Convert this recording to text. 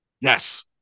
Yes